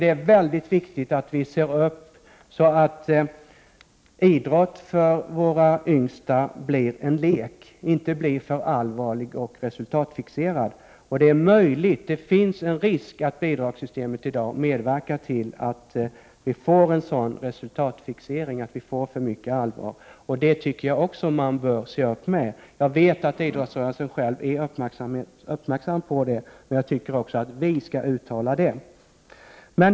Det är mycket viktigt att vi ser upp så att idrott för våra yngsta blir en lek och inte för allvarlig och resultatfixerad. Det finns en risk för att bidragssystemet i dag medverkar till att det blir en sådan resultatfixering, att det blir för mycket allvar. Jag vet att idrottsrörelsen själv är uppmärksam på detta, men jag anser att också vi skall påtala risken. Fru talman!